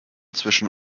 zwischen